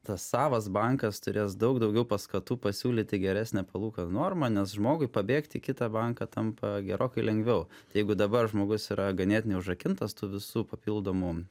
tas savas bankas turės daug daugiau paskatų pasiūlyti geresnę palūkanų normą nes žmogui pabėgti į kitą banką tampa gerokai lengviau tai jeigu dabar žmogus yra ganėtinai užrakintas tų visų papildomų